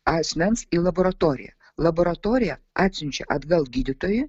asmens į laboratoriją laboratorija atsiunčia atgal gydytojui